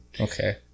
Okay